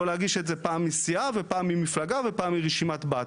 להגיש את זה פעם מסיעה ופעם ממפלגה ופעם מרשימת בת?